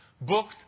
booked